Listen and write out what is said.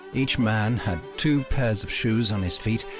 each man had two pairs of shoes on his feet,